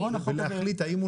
מתנהל פיננסית.